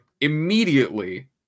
immediately